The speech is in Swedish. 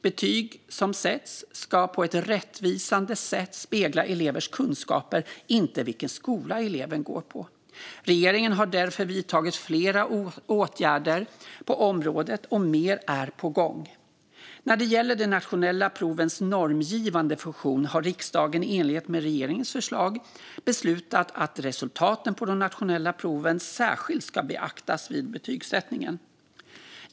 Betyg som sätts ska på ett rättvisande sätt spegla elevens kunskaper, inte vilken skola eleven går på. Regeringen har därför vidtagit flera åtgärder på området, och mer är på gång. När det gäller de nationella provens normgivande funktion har riksdagen i enlighet med regeringens förslag beslutat att resultatet på de nationella proven särskilt ska beaktas vid betygsättningen.